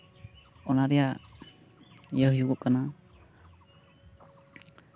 ᱚᱱᱟ ᱨᱮᱭᱟᱜ ᱤᱭᱟᱹ ᱦᱩᱭᱩᱜᱚᱜ ᱠᱟᱱᱟ